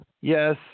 yes